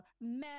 men